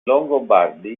longobardi